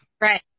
Right